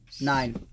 Nine